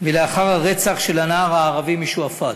ולאחר הרצח של הנער הערבי משועפאט,